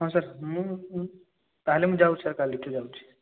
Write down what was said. ହଁ ସାର୍ ମୁଁ ତାହାଲେ ମୁଁ ଯାଉଛି ସାର୍ କାଲିଠୁ ଯାଉଛି